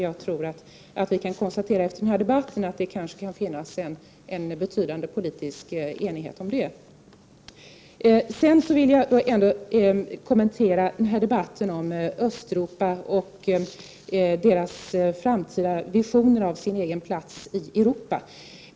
Jag tror att vi efter den här debatten kan konstatera att det kan finnas en betydande politisk enighet om det. Sedan vill jag kommentera debatten om Östeuropas visioner om sin egen framtida plats i Europa.